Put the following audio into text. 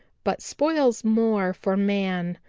but spoils more for man,